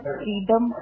freedom